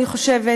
אני חושבת,